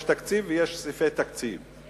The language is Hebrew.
יש תקציב ויש סעיפי תקציב.